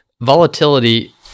volatility